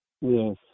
yes